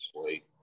sweet